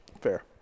Fair